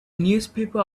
newspaper